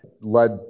led